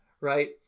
right